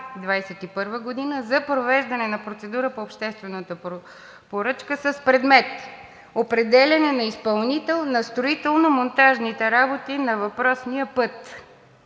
2021 г., за провеждане на процедура по обществената поръчка с предмет: Определяне на изпълнител на строително-монтажните работи на въпросния път